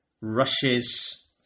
rushes